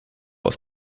aus